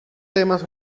temas